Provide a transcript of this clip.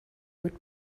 would